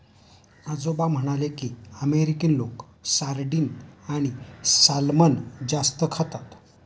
आजोबा म्हणाले की, अमेरिकन लोक सार्डिन आणि सॅल्मन जास्त खातात